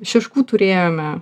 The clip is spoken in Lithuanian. šeškų turėjome